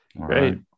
great